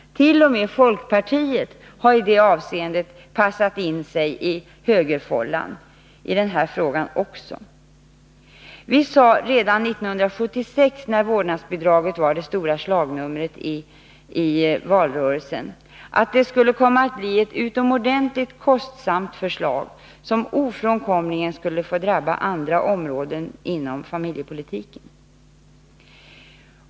T. o. m. folkpartiet har passat in sig i högerfållan — i den här frågan också. Vi sade redan 1976, när vårdnadsbidraget var det stora slagnumret i valrörelsen, att det skulle komma att bli ett utomordentligt kostsamt förslag som ofrånkomligen skulle drabba andra områden inom familjepolitiken.